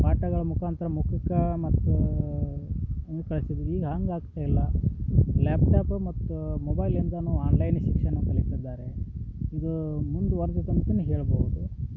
ಪಾಠಗಳು ಮುಖಾಂತ್ರ ಮೂಕುಕ್ಕಾ ಮತ್ತು ಕಳ್ಸ್ತಿದ್ರು ಈಗ ಹಂಗೆ ಆಗ್ತಾ ಇಲ್ಲ ಲ್ಯಾಪ್ಟಾಪ್ ಮತ್ತು ಮೊಬೈಲ್ ಇಂದಾನು ಆನ್ಲೈನ್ ಶಿಕ್ಷಣ ಕಲಿತಿದ್ದಾರೆ ಇದು ಮುಂದ್ವರ್ದಿದಂತನು ಹೇಳ್ಬೋದು